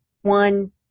one